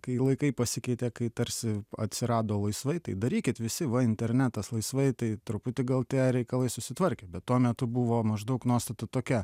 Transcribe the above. kai laikai pasikeitė kai tarsi atsirado laisvai tai darykit visi va internetas laisvai tai truputį gal tie reikalai susitvarkė bet tuo metu buvo maždaug nuostata tokia